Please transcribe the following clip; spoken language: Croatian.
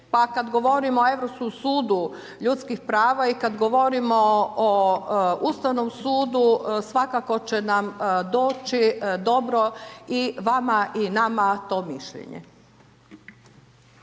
Pa kad govorimo o Europskom sudu ljudskih prava i kad govorimo o Ustavnom sudu, svakako će nam doći dobro i vama, i nama, to mišljenje.